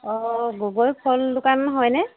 অঁ গগৈ ফল দোকান হয়নে